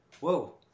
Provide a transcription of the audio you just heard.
whoa